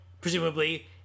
presumably